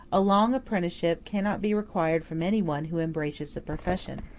a long apprenticeship cannot be required from anyone who embraces a profession.